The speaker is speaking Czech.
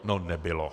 No nebylo.